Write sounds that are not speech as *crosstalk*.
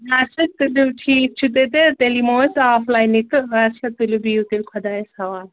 نہ سا تُلِو ٹھیٖک چھُ *unintelligible* تیٚلہِ یِمو أسۍ آفلاینٕے تہٕ اَچھا تُلِو بِہِو تیٚلہِ خۄدایس حوال